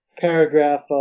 paragraph